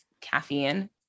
caffeine